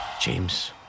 James